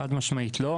חד משמעית לא.